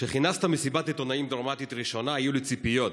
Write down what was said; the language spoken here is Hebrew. כשכינסת מסיבת עיתונאים דרמטית ראשונה היו לי ציפיות